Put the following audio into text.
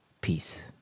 Peace